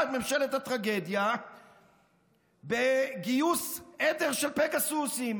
את ממשלת הטרגדיה בגיוס עדר של פגסוסים,